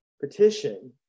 petition